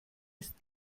ist